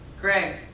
greg